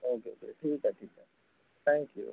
अच्छा अच्छा ठीक आहे ठीक आहे थॅंक्यू